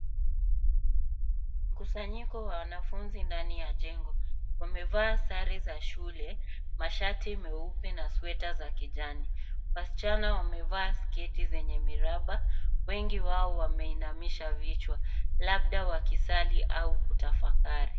Mkusanyiko la wanafunzi lipo ndani ya jengo. Wamevaa sare za shule: mashati meupe na sweta za kijani. Wasichana wamevaa sketi zenye miraba, wengi wao wameinamisha vichwa, labda wakiwa wanasali au wakitafakari.